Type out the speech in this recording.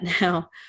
Now